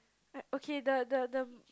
okay the the the